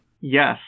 Yes